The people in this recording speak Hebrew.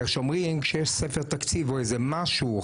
ואומרים כשיש ספר תקציב או משהו,